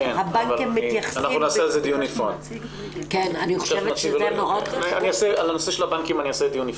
הבנקים מתייחסים --- אנחנו נעשה על זה דיון נפרד.